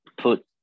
put